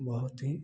बहुत ही